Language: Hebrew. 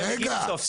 היא לא נציג הציבור.